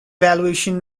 valuation